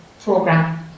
program